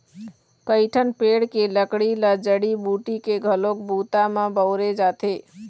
कइठन पेड़ के लकड़ी ल जड़ी बूटी के घलोक बूता म बउरे जाथे